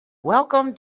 welcome